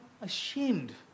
ashamed